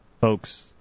folks